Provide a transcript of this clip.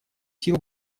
сил